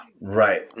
right